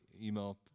email